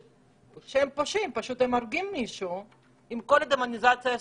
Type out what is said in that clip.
פושעים ושהם הורגים מישהו עם כל הדמוניזציה שעשיתם.